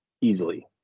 easily